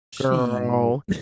Girl